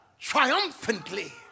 triumphantly